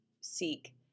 seek